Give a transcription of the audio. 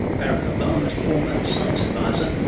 barack obama's former science advisor,